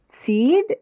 seed